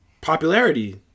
Popularity